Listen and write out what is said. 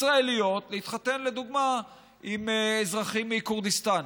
ישראליות, להתחתן לדוגמה עם אזרחים מכורדיסטן.